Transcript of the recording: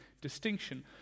distinction